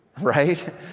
right